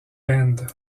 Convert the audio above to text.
band